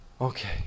okay